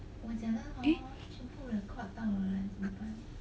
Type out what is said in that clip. eh